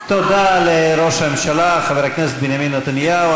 תודה לראש הממשלה חבר הכנסת בנימין נתניהו.